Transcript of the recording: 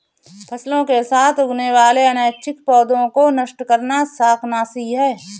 फसलों के साथ उगने वाले अनैच्छिक पौधों को नष्ट करना शाकनाशी है